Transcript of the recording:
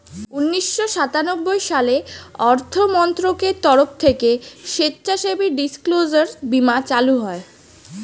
উন্নিশো সাতানব্বই সালে অর্থমন্ত্রকের তরফ থেকে স্বেচ্ছাসেবী ডিসক্লোজার বীমা চালু হয়